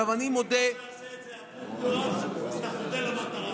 אם לא תעשה את זה, יואב, אתה חוטא למטרה,